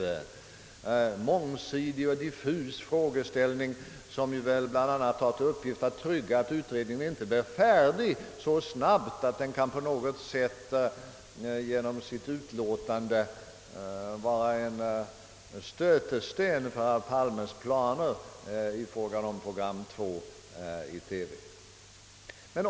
Det är en mångsidig och diffus frågeställning, som väl bland annat har till uppgift att garantera att utredningen inte blir färdig så snabbt att den på något sätt genom sitt utlåtande kan vara en stötesten för herr Palmes planer i fråga om program 2 i TV.